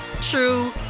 true